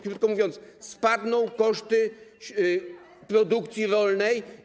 Krótko mówiąc, spadną koszty produkcji rolnej.